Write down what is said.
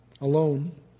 alone